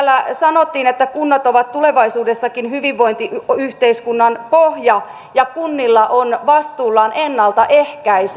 täällä sanottiin että kunnat ovat tulevaisuudessakin hyvinvointiyhteiskunnan pohja ja kunnilla on vastuullaan ennaltaehkäisy